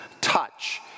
touch